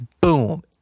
Boom